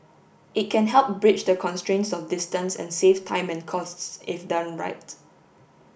it can help bridge the constraints of distance and save time and costs if done right